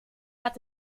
hat